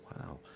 Wow